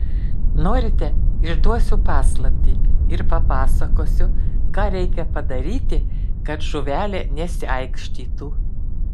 norite išduosiu paslaptį ir papasakosiu ką reikia padaryti kad žuvelė nesiaikštytų